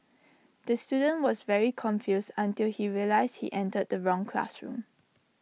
the student was very confused until he realised he entered the wrong classroom